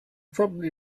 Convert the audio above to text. probably